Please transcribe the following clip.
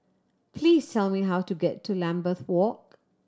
please tell me how to get to Lambeth Walk